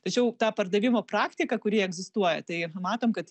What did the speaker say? tačiau tą pardavimo praktiką kuri egzistuoja tai matom kad